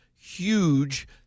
huge